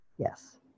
Yes